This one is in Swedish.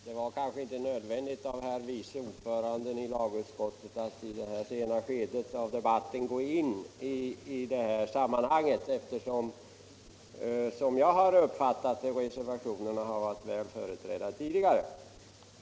Herr talman! Det var kanske inte nödvändigt att herr vice ordföranden i lagutskottet gick in i detta sena skede av debatten, eftersom reservationerna enligt min uppfattning har varit väl företrädda tidigare.